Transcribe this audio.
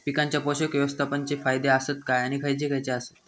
पीकांच्या पोषक व्यवस्थापन चे फायदे आसत काय आणि खैयचे खैयचे आसत?